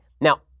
Now